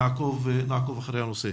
נעקוב אחרי הנושא.